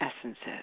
essences